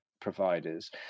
providers